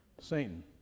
Satan